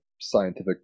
scientific